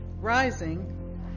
Rising